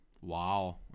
Wow